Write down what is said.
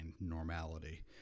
normality